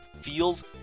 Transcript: feels